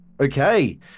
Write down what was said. Okay